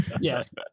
Yes